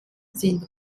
sind